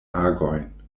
agojn